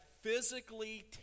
physically